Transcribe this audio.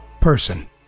Person